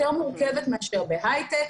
היא יותר מורכבת מאשר בהייטק,